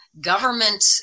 Government